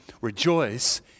Rejoice